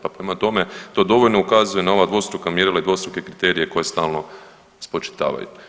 Pa prema tome, to dovoljno ukazuje na ova dvostruka mjerila i dvostruke kriterije koje stalno spočitavaju.